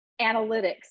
analytics